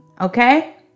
Okay